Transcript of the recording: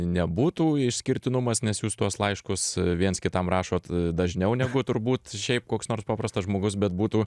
nebūtų išskirtinumas nes jūs tuos laiškus viens kitam rašot dažniau negu turbūt šiaip koks nors paprastas žmogus bet būtų